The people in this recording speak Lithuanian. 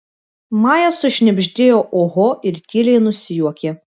maja sušnabždėjo oho ir tyliai nusijuokė